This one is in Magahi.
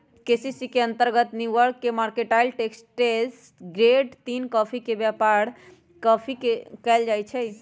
केसी के अंतर्गत न्यूयार्क मार्केटाइल एक्सचेंज ग्रेड तीन कॉफी के व्यापार कएल जाइ छइ